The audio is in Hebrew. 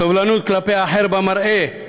סובלנות כלפי האחר, אחר במראה,